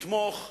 לתמוך ולומר,